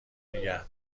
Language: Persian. نیگه